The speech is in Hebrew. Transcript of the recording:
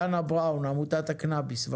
בבקשה, מעמותת הקנביס.